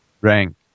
rank